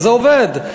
וזה עובד.